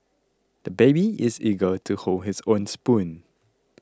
the baby is eager to hold his own spoon